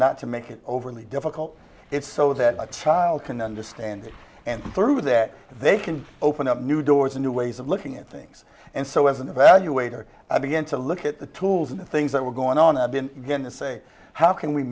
not to make it overly difficult it's so that my child can understand it and through that they can open up new doors a new ways of looking at things and so as an evaluator i began to look at the tools and the things that were going on i've been going to say how can we